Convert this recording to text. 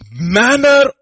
manner